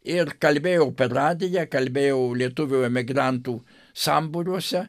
ir kalbėjau per radiją kalbėjau lietuvių emigrantų sambūriuose